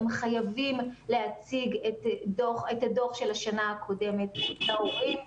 הם חייבים להציג את הדוח של השנה הקודמת להורה.